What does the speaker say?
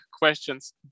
questions